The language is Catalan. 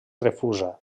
refusa